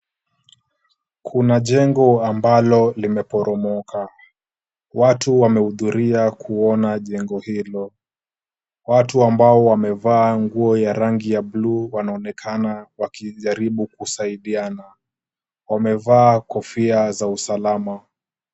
Kuna jengo ambalo limeporomoka. Watu wamehudhuria kuona jengo hilo. Watu ambao wamevaa nguo ya rangi ya buluu wanaonekana wakijaribu kusaidiana. Wamevaa kofia za usalama.